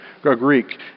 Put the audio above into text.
Greek